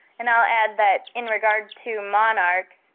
and i'll add that in regard to monarch,